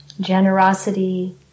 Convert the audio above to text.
Generosity